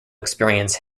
experience